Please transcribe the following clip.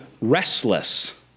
Restless